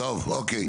טוב, אוקי.